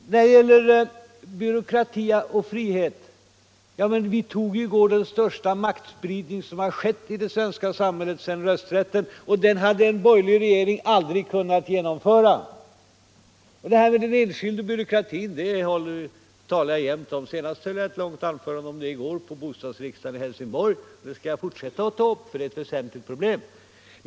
När det gäller frågan om frihet kontra byråkrati vill jag peka på att vi i går fattade beslut om den största maktspridning som har skett i det svenska samhället sedan den allmänna rösträtten kom till, och den hade en borgerlig regering aldrig kunnat genomföra. Spörsmålet om den enskilde och byråkratin är något som jag alltid brukar tala om. Senast höll jag ett långt anförande om det på bostadsriksdagen i Helsingborg, och jag skall fortsätta att ta upp det, eftersom det är ett väsentligt problem.